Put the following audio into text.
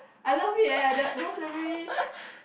I love it eh that those memories